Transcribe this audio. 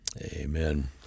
Amen